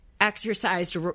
exercised